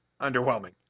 underwhelming